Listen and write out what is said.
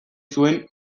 zuen